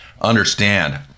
understand